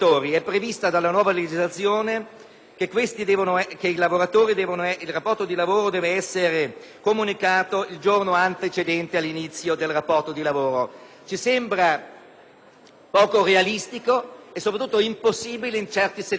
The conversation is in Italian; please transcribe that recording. che il rapporto di lavoro deve essere comunicato il giorno antecedente all'inizio del rapporto di lavoro: ci sembra poco realistico e impossibile, soprattutto in certi settori come ad esempio il turismo